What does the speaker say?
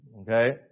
Okay